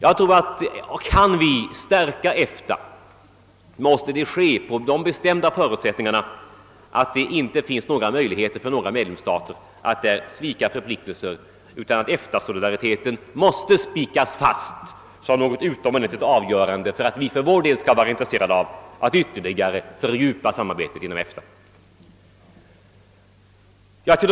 Om vi skall kunna stärka EFTA, måste detta enligt min mening ske under de bestämda förutsättningarna, att det inte finns möjligheter för några medlemsstater att svika sina förpliktelser. EFTA-solidariteten måste slås fast såsom något utomordentligt avgörande för att vi för vår del skall vara intresserade av att ytterligare fördjupa samarbetet inom organisationen.